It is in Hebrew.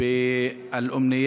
להלן תרגומם: